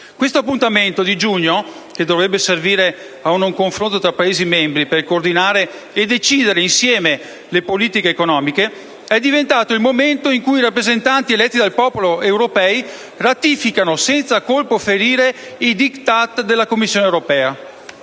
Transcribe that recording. Questo appuntamento di giugno, che dovrebbe servire ad un confronto tra i Paesi membri, per coordinare e decidere insieme le politiche economiche, è diventato il momento in cui i rappresentanti europei eletti dal popolo ratificano senza colpo ferire i *diktat* della Commissione europea.